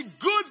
good